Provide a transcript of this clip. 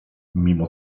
mimo